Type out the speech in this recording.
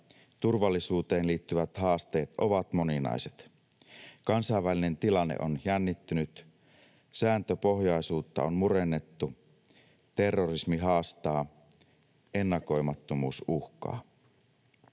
turvallisuuteen liittyvät haasteet ovat moninaiset. Kansainvälinen tilanne on jännittynyt, sääntöpohjaisuutta on murennettu, terrorismi haastaa, ennakoimattomuus uhkaa.